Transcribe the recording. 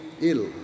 ill